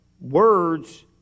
Words